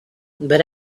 but